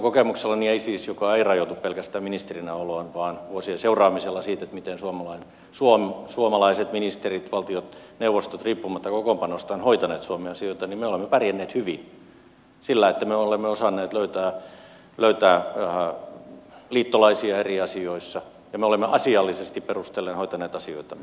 minun kokemukseni mukaan joka ei siis rajoitu pelkästään ministerinä oloon vaan olen vuosia seurannut miten suomalaiset ministerit ja valtioneuvostot riippumatta kokoonpanosta ovat hoitaneet suomen asioita me olemme pärjänneet hyvin sillä että me olemme osanneet löytää liittolaisia eri asioissa ja olemme asiallisesti perustellen hoitaneet asioitamme